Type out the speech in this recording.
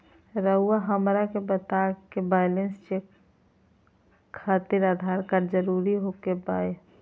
रउआ हमरा के बताए कि बैलेंस चेक खातिर आधार कार्ड जरूर ओके बाय?